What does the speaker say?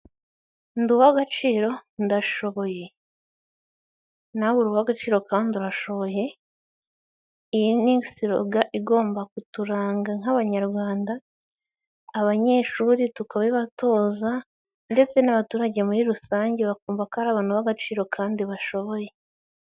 Ndi uw'agaciro ndashoboye, nawe uri uw'agaciro kandi urashoboye, iyi ni siroga igomba kuturanga nk'abanyarwanda, abanyeshuri tukabibatoza ndetse n'abaturage muri rusange bakumva ko ari abantu b'agaciro kandi bashoboye.